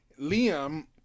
Liam